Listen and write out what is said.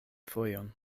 fojon